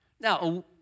Now